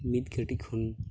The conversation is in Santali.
ᱢᱤᱫ ᱠᱟᱹᱴᱤᱡ ᱠᱷᱚᱱ